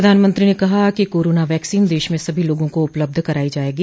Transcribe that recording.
प्रधानमंत्री ने कहा कि कोरोना वैक्सीन देश में सभी लोगों को उपलब्ध कराई जायेगी